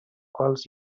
quals